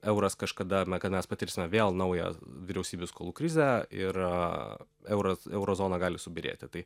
euras kažkada kad mes patirsime vėl naują vyriausybių skolų krizę ir euras euro zona gali subyrėti tai